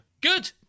Good